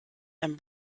and